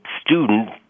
student